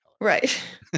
right